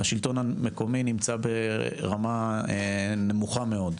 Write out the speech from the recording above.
השלטון המקומי נמצא ברמה נמוכה מאוד.